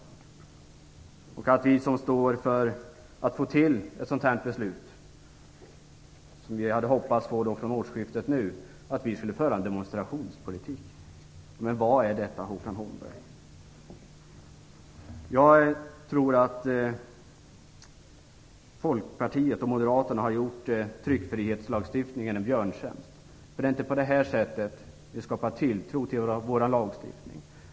Håkan Holmberg sade att vi som vill få till stånd ett sådant beslut, som vi hade hoppats skulle gälla nu från årsskiftet, skulle föra en demonstrationspolitik. Vad innebär detta, Håkan Holmberg? Jag tror att Folkpartiet och Moderaterna har gjort tryckfrihetslagstiftningen en björntjänst. Det är inte på detta sätt som vi skapar tilltro till vår lagstiftning.